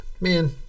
man